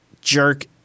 jerk